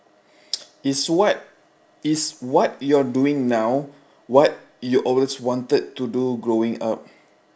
is what is what you're doing now what you always wanted to do growing up